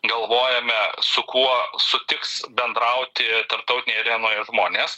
galvojame su kuo sutiks bendrauti tarptautinėj arenoje žmonės